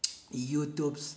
YouTube